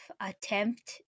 attempt